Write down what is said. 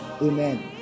Amen